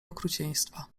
okrucieństwa